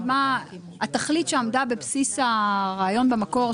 התכלית שעמדה בבסיס הרעיון במקור,